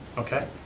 okay?